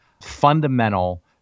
fundamental